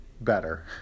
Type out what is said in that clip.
better